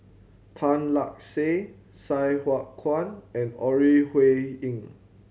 Tan Lark Sye Sai Hua Kuan and Ore Huiying